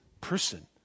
person